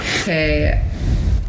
okay